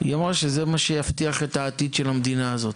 היא אמרה שזה מה שיבטיח את העתיד של המדינה הזאת,